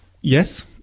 Yes